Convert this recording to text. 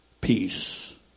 peace